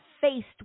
faced